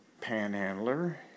panhandler